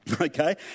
Okay